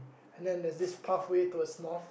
and then there's this path way towards north